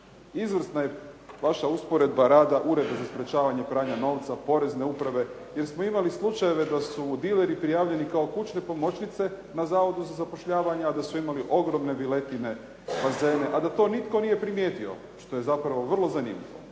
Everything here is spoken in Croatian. Izvrsna je vaša usporedba rada Ureda za sprečavanje pranja novca, Porezne uprave, jer smo imali slučajeva da su dileri prijavljeni kao kućne pomoćnice na Zavodu za zapošljavanje, a da su imali ogromne viletine, bazene, a da to nitko nije primijetio, što je zapravo vrlo zanimljivo.